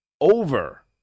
Over